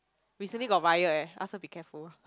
recently got riot eh ask her be careful